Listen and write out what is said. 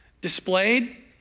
displayed